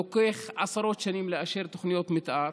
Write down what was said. לוקח עשרות שנים לאשר תוכניות מתאר,